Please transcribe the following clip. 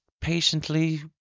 patiently